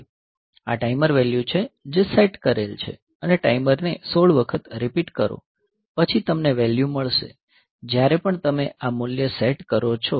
આ timer value છે જે સેટ કરેલ છે અને ટાઈમરને 16 વખત રીપીટ કરો પછી તમને વેલ્યુ મળશે જ્યારે પણ તમે આ મૂલ્ય સેટ કરો છો